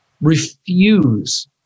refuse